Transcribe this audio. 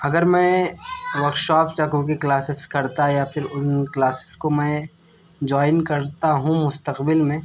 اگر میں ورکشاپس یا کوکنگ کلاسیس کرتا یا پھر ان کلاسیس کو میں جوائن کرتا ہوں مستقبل میں